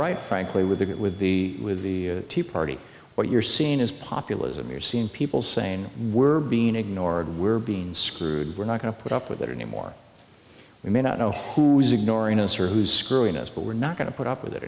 right frankly with it with the with the tea party what you're seeing is populism you're seeing people saying we're being ignored we're bean's screwed we're not going to put up with it anymore we may not know who's ignoring us or who's screwing us but we're not going to put up with it